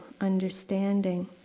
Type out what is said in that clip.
understanding